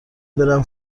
برم